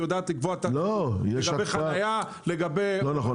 היא יודעת לקבוע לגבי חניה --- לא נכון.